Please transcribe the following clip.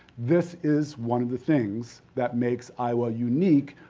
this is one of the things that makes iowa unique,